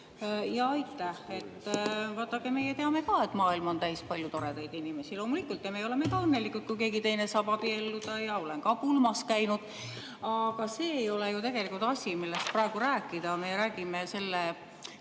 Jaa, aitäh! Vaadake, meie teame ka, et maailm on täis paljusid toredaid inimesi, loomulikult, ja meie oleme ka õnnelikud, kui keegi teine saab abielluda, ja olen ka pulmas käinud. Aga see ei ole ju tegelikult asi, millest praegu rääkida. Me räägime selle